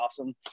awesome